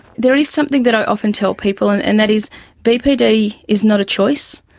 there is something that i often tell people, and and that is bpd is not a choice,